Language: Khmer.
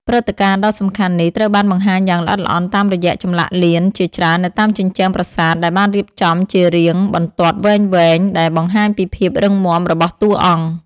ព្រឹត្តិការណ៍ដ៏សំខាន់នេះត្រូវបានបង្ហាញយ៉ាងល្អិតល្អន់តាមរយៈចម្លាក់លៀនជាច្រើននៅតាមជញ្ជាំងប្រាសាទដែលបានរៀបចំជារាងបន្ទាត់វែងៗដែលបង្ហាញពីភាពរឹងមាំរបស់តួអង្គ។